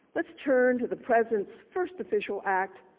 let's turn to the president's first official act,